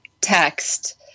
text